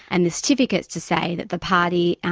and the certificate is to say that the party,